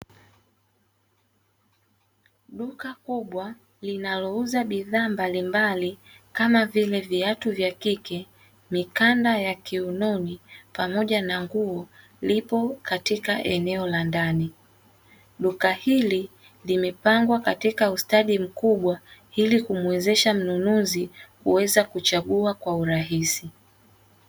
Duka kubwa linalouza bidhaa mbalimbali kama vile viatu vya kike mikanda ya kiunoni pamoja na nguo, lipo katika eneo la ndani. Duka hili limepangwa katika ustadi mkubwa ili kumuwezesha mnunuzi kuweza kuchagua kwa urahisi.